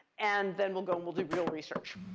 and then we'll go and we'll do real research.